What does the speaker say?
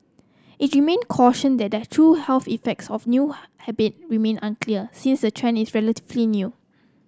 it remain cautioned that the true health effects of new habit remain unclear since the trend is relatively new